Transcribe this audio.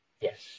yes